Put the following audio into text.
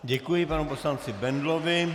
Děkuji panu poslanci Bendlovi.